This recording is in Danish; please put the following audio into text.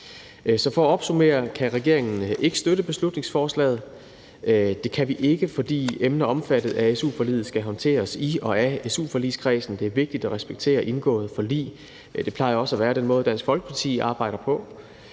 For at opsummere kan jeg sige, at regeringen ikke kan støtte beslutningsforslaget. Det kan vi ikke, fordi emner omfattet af su-forliget skal håndteres i og af su-forligskredsen. Det er vigtigt at respektere indgåede forlig. Det plejer også at være den måde, Dansk Folkeparti arbejder på.